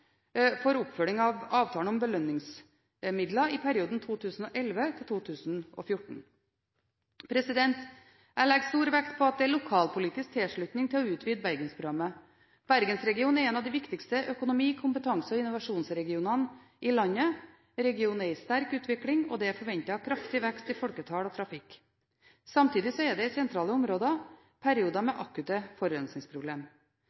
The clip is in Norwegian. for oppfølging av avtalen om belønningsmidler i perioden 2011–2014. Jeg legger stor vekt på at det er lokalpolitisk tilslutning til å utvide Bergensprogrammet. Bergensregionen er en av de viktigste økonomi-, kompetanse- og innovasjonsregionene i landet. Regionen er i sterk utvikling, og det er forventet kraftig vekst i folketall og trafikk, og samtidig er det i sentrale områder perioder